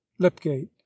lipgate